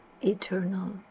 eternal